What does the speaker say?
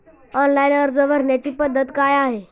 Online अर्ज भरण्याची पद्धत काय आहे?